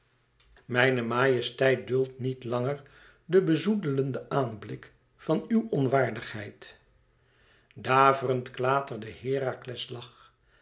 mijne majesteit duldt niet langer den bezoedelenden aanblik van ùw onwaardigheid daverend klaterde herakles